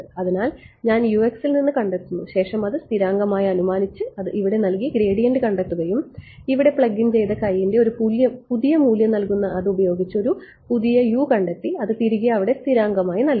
അതിനാൽ ഞാൻ ൽ നിന്ന് കണ്ടെത്തുന്നു ശേഷം അത് സ്ഥിരാങ്കം ആയി അനുമാനിച്ച് അത് ഇവിടെ നൽകി ഗ്രേഡിയന്റ് കണ്ടെത്തുകയും ഇവിടെ പ്ലഗ് ഇൻ ചെയ്ത ന്റെ ഒരു പുതിയ മൂല്യം നൽകുന്ന അത് ഉപയോഗിച്ച് ഒരു പുതിയ കണ്ടെത്തി അത് തിരികെ അവിടെ സ്ഥിരാങ്കമായി നൽകി